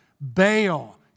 Baal